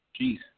Jeez